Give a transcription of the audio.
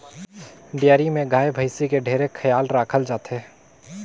dairy में गाय, भइसी के ढेरे खयाल राखल जाथे